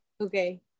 okay